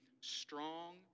strong